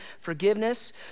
forgiveness